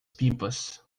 pipas